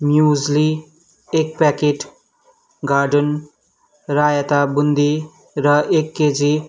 muesli एक packet garden raita boondi र एक केजी